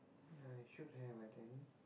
I should have I think